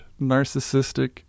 narcissistic